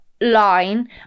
line